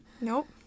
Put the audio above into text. Nope